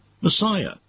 Messiah